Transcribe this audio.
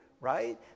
right